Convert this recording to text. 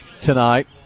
tonight